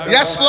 Yes